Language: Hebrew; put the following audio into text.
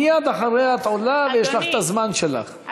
מייד אחריה את עולה ויש לך הזמן שלך,